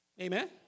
Amen